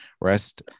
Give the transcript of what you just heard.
rest